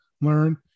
learn